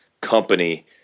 company